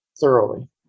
thoroughly